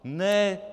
Ne.